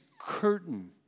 curtain